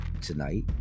tonight